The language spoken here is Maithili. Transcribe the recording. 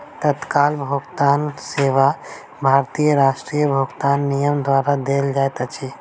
तत्काल भुगतान सेवा भारतीय राष्ट्रीय भुगतान निगम द्वारा देल जाइत अछि